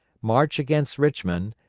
march against richmond,